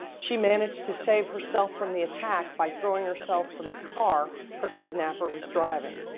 she managed to save herself from the attack by throwing herself from the car her kidnapper was driving.